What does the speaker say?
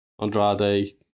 Andrade